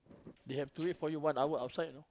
they have to wait for you one hour outside you know